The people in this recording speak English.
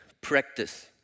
practice